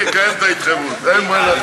אני אקיים את ההתחייבות, אין בעיה.